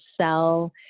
sell